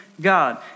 God